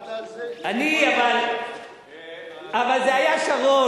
ידעת על זה, אבל זה היה שרון.